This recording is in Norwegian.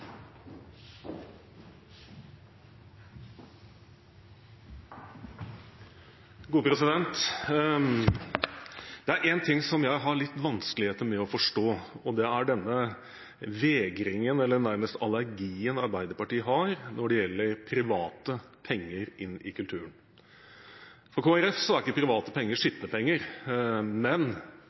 Det er én ting som jeg har litt vanskeligheter med å forstå, og det er denne vegringen, eller denne allergien, nærmest, som Arbeiderpartiet har når det gjelder private penger inn i kulturen. For Kristelig Folkeparti er ikke private penger skitne penger, men